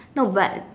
no but